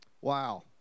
Wow